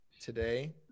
Today